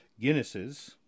Guinnesses